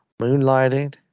Moonlighting